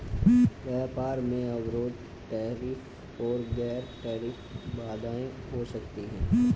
व्यापार में अवरोध टैरिफ और गैर टैरिफ बाधाएं हो सकती हैं